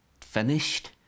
finished